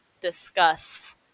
discuss